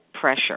pressure